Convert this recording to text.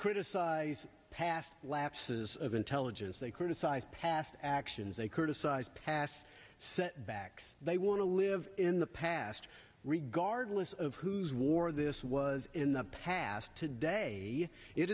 criticize past lapses of intelligence they criticize past actions they criticize past setbacks they want to live in the past regardless of whose war this was in the past today it